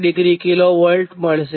84∠71° kilovolt મળશે